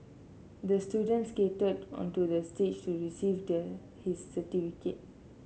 the student skated onto the stage to receive their his certificate